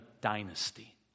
dynasty